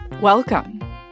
Welcome